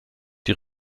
die